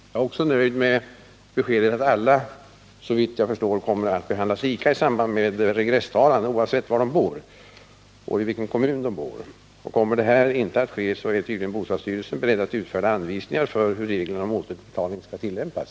Jag är också nöjd med beskedet att alla, såvitt jag förstår, kommer att behandlas lika i samband med regresstalan, oavsett i vilken kommun de bor. Kommer det inte att ske så är tydligen bostadsstyrelsen beredd att utfärda anvisningar för hur reglerna om återbetalning skall tillämpas.